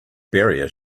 barrier